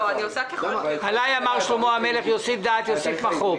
עליי אמר שלמה המלך: "יוסיף דעת, יוסיף מכאוב".